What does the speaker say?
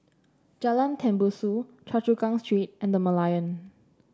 Jalan Tembusu Choa Chu Kang Street and The Merlion